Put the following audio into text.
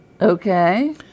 Okay